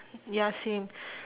ya same